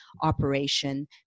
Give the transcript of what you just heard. operation